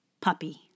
puppy